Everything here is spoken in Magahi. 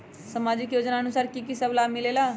समाजिक योजनानुसार कि कि सब लाब मिलीला?